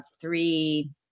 three